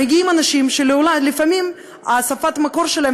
מגיעים אנשים שלפעמים שפת המקור שלהם,